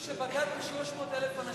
יש פה מישהו שבגד ב-300,000 אנשים.